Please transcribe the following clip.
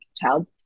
child